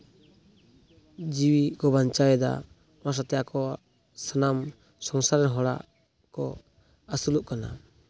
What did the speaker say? ᱡᱤᱣᱤ ᱠᱚ ᱵᱟᱧᱪᱟᱣᱮᱫᱟ ᱚᱱᱟ ᱥᱟᱶᱛᱮ ᱟᱠᱚᱣᱟᱜ ᱥᱟᱱᱟᱢ ᱥᱚᱝᱥᱟᱨ ᱨᱮᱱ ᱦᱚᱲᱟᱜ ᱠᱚ ᱟᱹᱥᱩᱞᱚᱜ ᱠᱟᱱᱟ